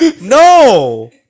No